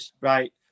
right